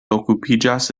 okupiĝas